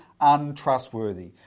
untrustworthy